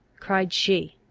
cried she,